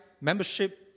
membership